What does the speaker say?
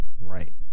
right